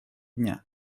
дня